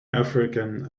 african